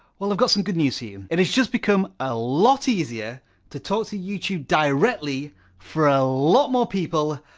well i've got some good news for you. it has just become a lot easier to talk to youtube directly for a lot more people,